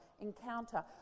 encounter